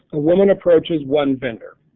the woman approaches one vendor.